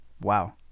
wow